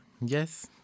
Yes